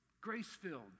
Grace-filled